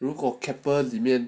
如果 Keppel 里面